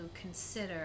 consider